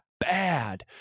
bad